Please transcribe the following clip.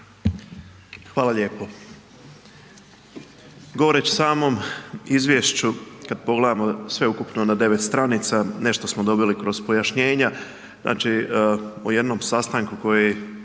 Hvala lijepo. Govoreći o samom izvješću, kad pogledamo sve ukupno na 9 stranica, nešto smo dobili kroz pojašnjenja, znači u jednom sastanku koji